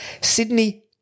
Sydney